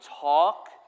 talk